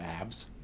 abs